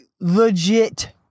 legit